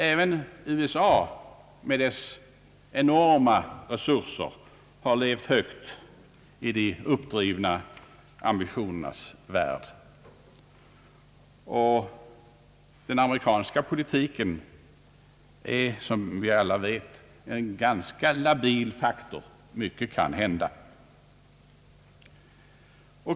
även USA med dess enorma resurser har levt i de högt uppdrivna ambitionernas värld, och den amerikanska politiken är såsom vi alla vet en ganska labil faktor. Mycket kan hända.